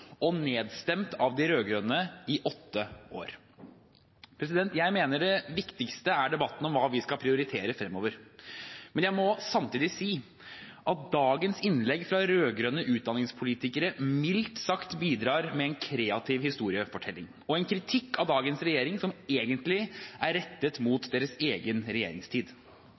ble nedstemt av de rød-grønne i åtte år. Jeg mener det viktigste er debatten om hva vi skal prioritere fremover. Men jeg må samtidig si at dagens innlegg fra rød-grønne utdanningspolitikere mildt sagt bidrar med en kreativ historiefortelling og en kritikk av dagens regjering som egentlig er rettet mot deres egen regjeringstid.